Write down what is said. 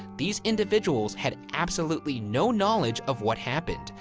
these individuals had absolutely no knowledge of what happened.